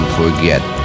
forget